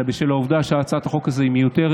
אלא בשל העובדה שהצעת החוק הזאת היא מיותרת